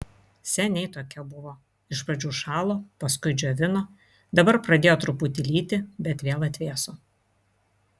seniai tokie buvo iš pradžių šalo paskui džiovino dabar pradėjo truputį lyti bet vėl atvėso